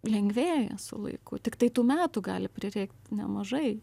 lengvėja su laiku tiktai tų metų gali prireikt nemažai